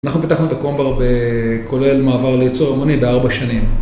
אנחנו פיתחנו את הקומבר ב, כולל מעבר ליצור המוני בארבע שנים.